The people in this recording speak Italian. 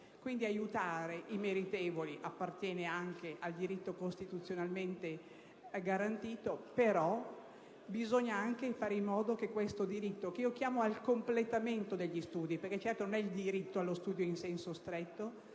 di sostegno ai meritevoli costituisce anche un diritto costituzionalmente garantito, ma bisogna anche fare in modo che questo diritto, che io chiamo al completamento degli studi - perché certo non è il diritto agli studi in senso stretto